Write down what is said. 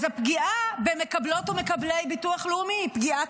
אז הפגיעה במקבלות ובמקבלי ביטוח לאומי היא פגיעה